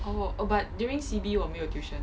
oh oh but during C_B 我没有 tuition